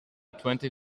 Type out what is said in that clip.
twenty